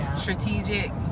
strategic